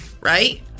right